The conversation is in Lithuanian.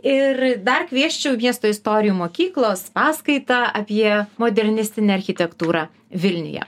ir dar kviesčiau miesto istorijų mokyklos paskaitą apie modernistinę architektūrą vilniuje